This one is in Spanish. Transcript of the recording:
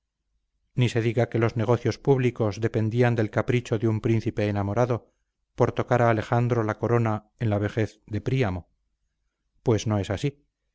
ni se diga que los negocios públicos dependían del capricho de un príncipe enamorado por tocar a alejandro la corona en la vejez de príamo pues no es así